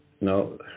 No